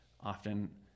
often